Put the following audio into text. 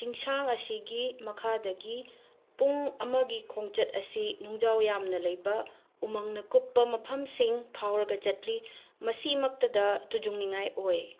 ꯆꯤꯡꯁꯥꯡ ꯑꯁꯤꯒꯤ ꯃꯈꯥꯗꯒꯤ ꯄꯨꯡ ꯑꯃꯒꯤ ꯈꯣꯡꯆꯠ ꯑꯁꯤ ꯅꯨꯡꯖꯥꯎ ꯌꯥꯝꯅ ꯂꯥꯕ ꯎꯃꯪꯅ ꯀꯨꯞꯄ ꯃꯐꯝꯁꯤꯡ ꯐꯥꯎꯔꯒ ꯆꯠꯂꯤ ꯃꯁꯤꯃꯛꯇꯗ ꯇꯨꯖꯨꯡꯅꯤꯡꯉꯥꯏ ꯑꯣꯏ